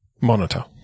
Monitor